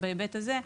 בהיבט הזה,